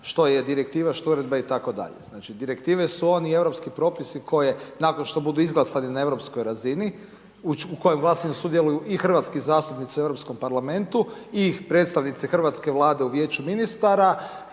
što je direktiva, što uredba itd. Znači, direktive su oni europski propisi koje nakon što budu izglasani na europskoj razini, u kojem glasanju sudjeluju i hrvatski zastupnici u EU parlamentu i predstavnici hrvatske Vlade u Vijeću ministara,